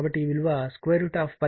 కాబట్టిఈ విలువ 102 202 అవుతుంది